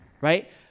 Right